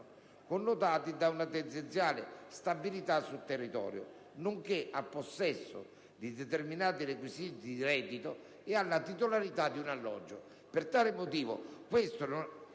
connotati da una tendenziale stabilità sul territorio, nonché al possesso di determinati requisiti di reddito e alla titolarità di un alloggio. Per la motivazione